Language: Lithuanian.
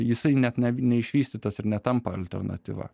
jisai net ne neišvystytas ir netampa alternatyva